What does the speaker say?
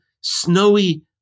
snowy